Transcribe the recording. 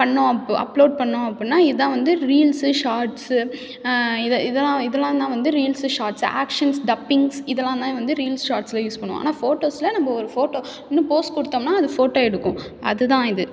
பண்ணோம் up upload பண்ணோம் அப்புடின்னா இது தான் வந்து ரீல்ஸு ஷார்ட்ஸு இது இதல்லாம் இதல்லாம் தான் வந்து ரீல்ஸு ஷார்ட்ஸ் ஆக்ஷன்ஸ் டப்பிங்ஸ் இதல்லாம் வந்து ரீல்ஸ் ஷார்ட்ஸில் யூஸ் பண்ணுவோம் ஆனால் ஃபோட்டோஸில் நம்ம ஒரு ஃபோட்டோ இன்னும் ஃபோஸ் கொடுத்தோம்னா அது ஃபோட்டோ எடுக்கும் அது தான் இது